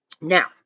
Now